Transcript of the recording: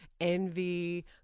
envy